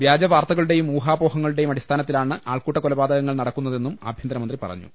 വ്യാജ വാർത്തകളുടെയും ഊഹാപോഹങ്ങളുടെയും അടിസ്ഥാനത്തി ലാണ് ആൾക്കൂട്ട കൊലപാതകങ്ങൾ നടക്കുന്നതെന്നും ആഭ്യന്ത രമന്ത്രി പറഞ്ഞു